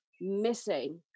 missing